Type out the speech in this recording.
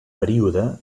període